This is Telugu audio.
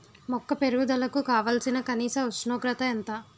మొక్క పెరుగుదలకు కావాల్సిన కనీస ఉష్ణోగ్రత ఎంత?